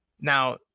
now